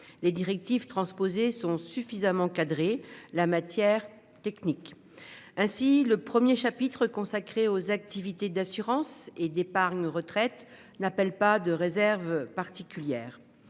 les directives transposées sont suffisamment. La matière technique. Ainsi le 1er chapitre consacré aux activités d'assurance et d'épargne retraite n'appelle pas de réserve particulière